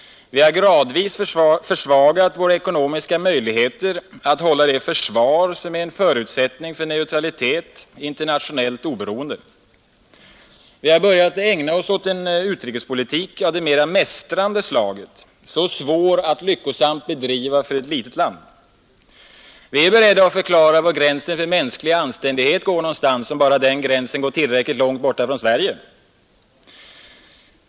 Vi har gradvis försvagat våra ekonomiska möjligheter att hålla det försvar som är en förutsättning för internationellt oberoende och neutralitet. Vi har börjat ägna oss åt en utrikespolitik av det mera mästrande slaget — så svår att lyckosamt bedriva för ett litet land. Vi är beredda att förklara var gränsen för mänsklig anständighet går, om bara den gränsen går tillräckligt långt borta från Sverige.